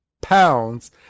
pounds